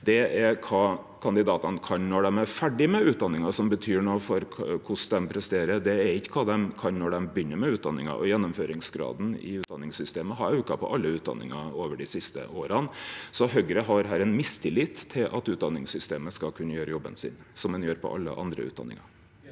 Det er kva kandidatane kan når dei er ferdige med utdanninga, som betyr noko for korleis dei presterer, det er ikkje kva dei kan når dei begynner med utdanninga, og gjennomføringsgraden i utdanningssystemet har auka på alle utdanningar over dei siste åra. Så Høgre har her ein mistillit til at utdanningssystemet skal kunne gjere jobben sin, som ein gjer på alle andre utdanningar.